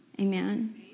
Amen